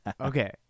okay